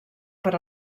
per